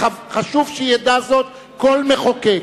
חשוב שידע זאת כל מחוקק.